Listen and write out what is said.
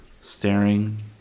staring